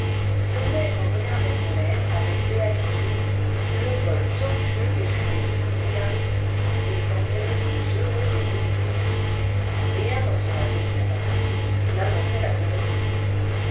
ce nègre regardait en l'air avec béatitude le vol tortueux des fumées de son cigarite et semblait le plus heureux des moricauds rien dans son affaissement paresseux n'annonçait la férocité